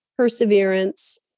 perseverance